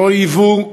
לא ייבאו,